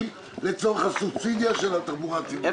לצורך הסובסידיה של התחבורה הציבורית .